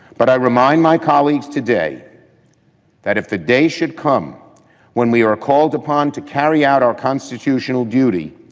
but i remind my colleagues today that if the day should come when we are called upon to carry out our constitutional duty.